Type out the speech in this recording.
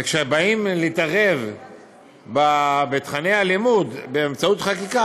וכשבאים להתערב בתוכני הלימוד באמצעות חקיקה,